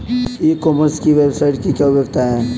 ई commerce की website की क्या उपयोगिता है?